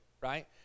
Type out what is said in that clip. right